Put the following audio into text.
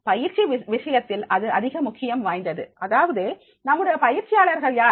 பயிற்சி விஷயத்தில் இது அதிக முக்கியம் வாய்ந்தது அதாவது நம்முடைய பயிற்சியாளர்கள் யார்